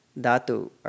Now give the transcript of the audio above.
Datu